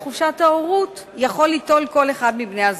ואת חופשת ההורות יכול ליטול כל אחד מבני-הזוג.